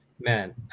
Man